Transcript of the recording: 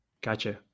Gotcha